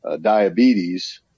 diabetes